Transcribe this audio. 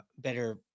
better